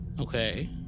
Okay